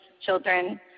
children